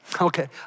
Okay